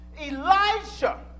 Elijah